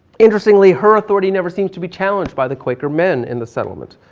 interestingly, her authority never seems to be challenged by the quaker men in the settlement.